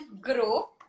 grow